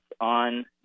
on